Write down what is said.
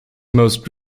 most